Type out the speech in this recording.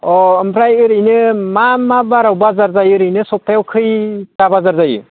अह ओमफ्राय ओरैनो मा मा बाराव बाजार जायो ओरैनो सप्ताहयाव खैथा बाजार जायो